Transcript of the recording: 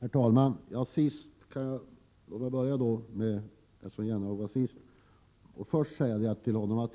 Herr talman! Jag skall börja med att ge svar till Jan Jennehag.